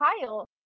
Kyle